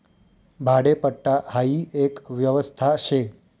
भाडेपट्टा हाई एक व्यवस्था शे